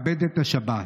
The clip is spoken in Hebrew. כבד את השבת.